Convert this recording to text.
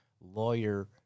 lawyer